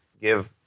give